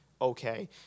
okay